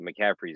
McCaffrey's